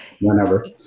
whenever